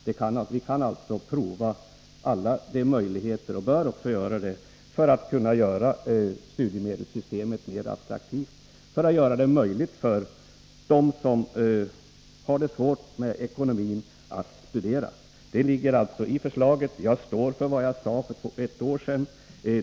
Vi kan och bör alltså pröva alla möjligheter för att kunna göra studiemedelssystemet mer attraktivt och för att göra det möjligt för dem som har det svårt med ekonomin att studera. Det ligger i förslaget. Jag står för vad jag sade för ett år sedan.